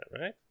right